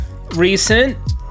recent